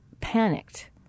panicked